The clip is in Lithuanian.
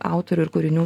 autorių ir kūrinių